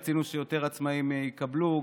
רצינו שיותר עצמאים יקבלו,